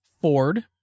Ford